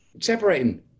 separating